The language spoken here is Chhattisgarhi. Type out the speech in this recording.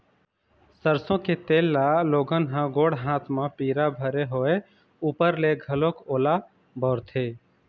सरसो के तेल ल लोगन ह गोड़ हाथ म पीरा भरे होय ऊपर ले घलोक ओला बउरथे